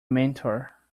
mentor